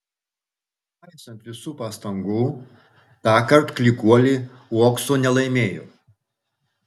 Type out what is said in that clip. nepaisant visų pastangų tąkart klykuolė uokso nelaimėjo